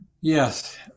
Yes